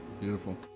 Beautiful